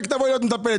רק תבואי להיות מטפלת,